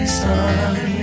sun